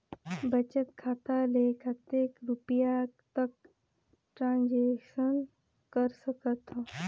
बचत खाता ले कतेक रुपिया तक ट्रांजेक्शन कर सकथव?